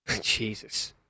Jesus